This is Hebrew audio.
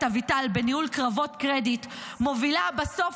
אביטל בניהול קרבות קרדיט מובילה בסוף?